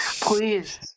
Please